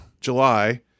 July